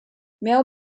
mail